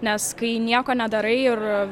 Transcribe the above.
nes kai nieko nedarai ir